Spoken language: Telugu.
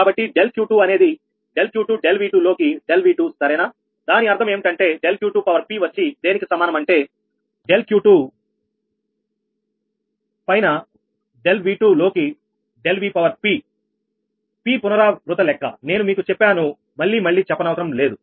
కాబట్టి ∆𝑄2 అనేది ∆𝑄2 ∆𝑉2 లోకి ∆𝑉2 సరేనా దాని అర్థం ఏమిటంటే ∆𝑄2𝑝 వచ్చి దేనికి సమానం అంటే ∆𝑄2 పైన ∆𝑉2 లోకి ∆𝑉𝑝p పునరావృత లెక్క నేను మీకు చెప్పాను మళ్లీ మళ్లీ చెప్పనవసరం లేదు